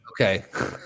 Okay